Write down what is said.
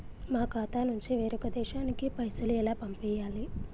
మా ఖాతా నుంచి వేరొక దేశానికి పైసలు ఎలా పంపియ్యాలి?